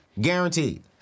Guaranteed